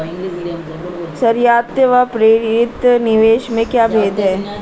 स्वायत्त व प्रेरित निवेश में क्या भेद है?